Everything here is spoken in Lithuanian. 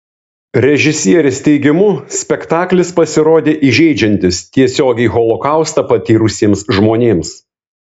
režisierės teigimu spektaklis pasirodė įžeidžiantis tiesiogiai holokaustą patyrusiems žmonėms